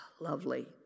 Lovely